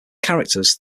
characters